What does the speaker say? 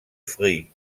free